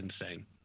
insane